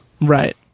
right